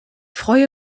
freue